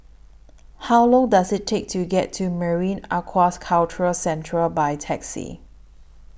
How Long Does IT Take to get to Marine Aquaculture Centre By Taxi